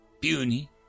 puny